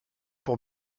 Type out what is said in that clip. pour